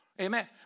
Amen